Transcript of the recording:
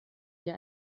dir